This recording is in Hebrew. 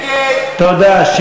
תודה.